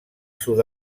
sud